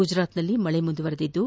ಗುಜರಾತ್ನಲ್ಲಿ ಮಳೆ ಮುಂದುವರೆದಿದ್ದು